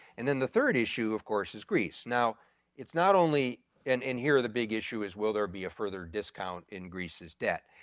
and then the third issue of course is greece. now it's not only and in here the big issue is will there be a further discount in greece's debt?